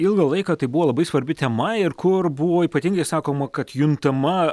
ilgą laiką tai buvo labai svarbi tema ir kur buvo ypatingai sakoma kad juntama